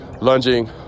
lunging